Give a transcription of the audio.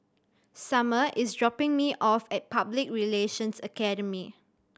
Summer is dropping me off at Public Relations Academy